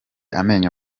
amenyo